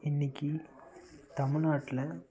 இன்றைக்கி தமிழ்நாட்டில்